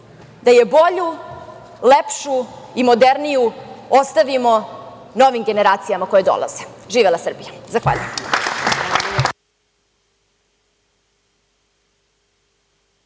da je bolju, lepšu i moderniju ostavimo novim generacijama koje dolaze. Živela Srbija. Zahvaljujem.